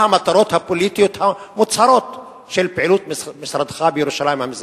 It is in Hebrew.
מה המטרות הפוליטיות המוצהרות של פעילות משרדך בירושלים המזרחית?